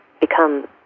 become